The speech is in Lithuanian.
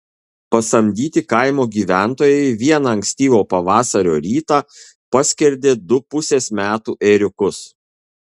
pasamdyti kaimo gyventojai vieną ankstyvo pavasario rytą paskerdė du pusės metų ėriukus